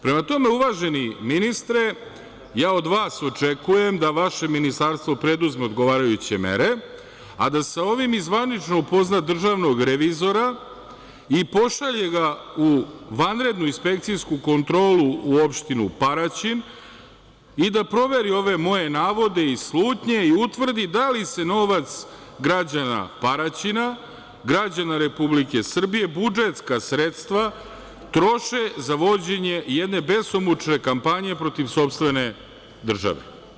Prema tome, uvaženi ministre, od vas očekujem da vaše ministarstvo preduzme odgovarajuće mere, a da sa ovim i zvanično upoznate i državnog revizora i pošalje ga u vanrednu inspekcijsku kontrolu u opštinu Paraćin i da proveri ove moje navode i slutnje i utvrdi da li se novac građana Paraćina, građana Republike Srbije, budžetska sredstva troše za vođenje jedne besumučne kampanje protiv sopstvene države.